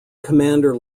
commander